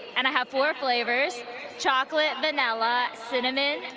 and i have four flavors chocolate, vanilla, cinnamon,